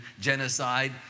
genocide